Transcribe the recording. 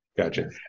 Gotcha